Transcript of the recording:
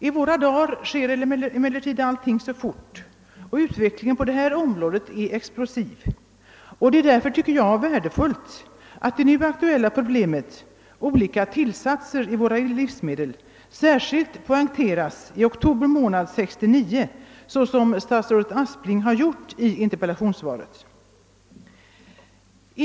I våra dagar sker emellertid allting så fort, och utvecklingen på det här området är explosiv. Enligt min mening är det därför värdefullt att det nu aktueila problemet — olika tillsatser i våra livsmedel — särskilt poängteras i oktober månad 1969 såsom statsrådet Aspling gjort i interpellationssvaret.